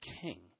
king